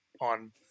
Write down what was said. on